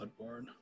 Bloodborne